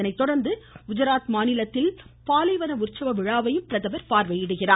இதனை தொடர்ந்து குஜராத் மாநிலத்தில் நடைபெறும் பாலைவன உற்சவ விழாவையும் பிரதமர் பார்வையிடுகிறார்